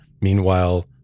meanwhile